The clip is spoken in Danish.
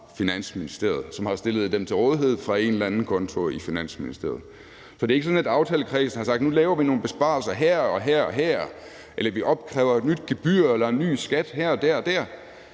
som har stillet dem til rådighed fra en eller anden konto i Finansministeriet. Så det er ikke sådan, at aftalekredsen har sagt: Nu laver vi nogle besparelser her og her, eller vi opkræver et nyt gebyr eller en ny skat her og der og der,